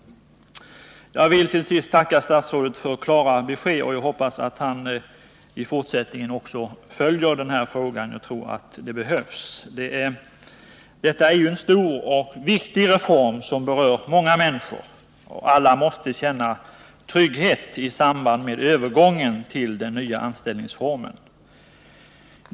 Jag vill till sist tacka statsrådet för klara besked. Jag hoppas att han också i fortsättningen följer denna fråga — jag tror att det kommer att behövas. Det gäller en stor och viktig reform, som berör många människor. Alla måste känna trygghet i samband med övergången till den nya anställningsformen.